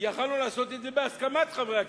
היינו יכולים לעשות את זה בהסכמת חברי הכנסת,